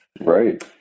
Right